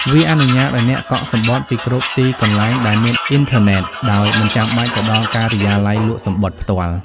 វាអនុញ្ញាតឱ្យអ្នកកក់សំបុត្រពីគ្រប់ទីកន្លែងដែលមានអុីនធឺណេត ដោយមិនចាំបាច់ទៅដល់ការិយាល័យលក់សំបុត្រផ្ទាល់។